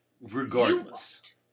regardless